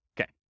Okay